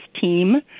team